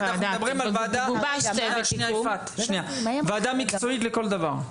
אנחנו מדברים על ועדה מקצועית לכל דבר?